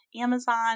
Amazon